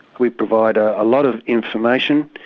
we provide a lot of information,